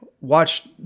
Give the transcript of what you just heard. watch